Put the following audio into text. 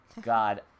God